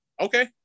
Okay